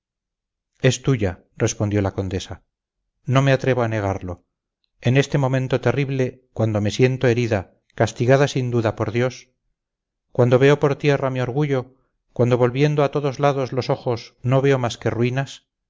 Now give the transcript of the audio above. es tuya respondió la condesa no me atrevo a negarlo en este momento terrible cuando me siento herida castigada sin duda por dios cuando veo por tierra mi orgullo cuando volviendo a todos lados los ojos no veo más que ruinas